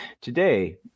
Today